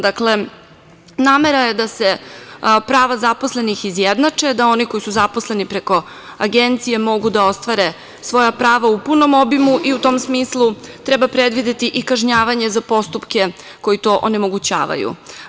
Dakle, namera je da se prava zaposlenih izjednače da oni koji su zaposleni preko agencije mogu da ostvare svoja prava u punom obimu i u tom smislu treba predvideti i kažnjavanje za postupke koji to onemogućavaju.